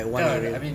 okay lah I mean